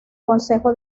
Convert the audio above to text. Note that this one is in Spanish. consejo